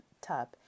tub